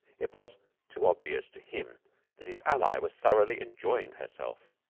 it was too obvious to him that his ally was thoroughly enjoying herself.